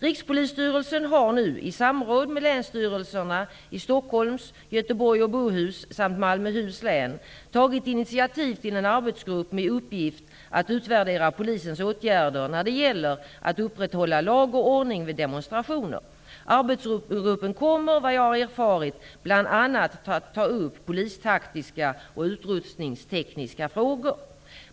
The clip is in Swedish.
Rikspolisstyrelsen har nu i samråd med länsstyrelserna i Stockholms, Göteborgs och Bohus samt Malmöhus län tagit initiativ till en arbetsgrupp med uppgift att utvärdera polisens åtgärder när det gäller att upprätthålla lag och ordning vid demonstrationer. Arbetsgruppen kommer, vad jag har erfarit, bl.a. att ta upp polistaktiska och utrustningstekniska frågor.